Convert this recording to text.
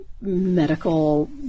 medical